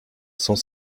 cent